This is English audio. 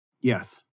Yes